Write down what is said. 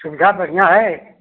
सुविधा बढ़िया है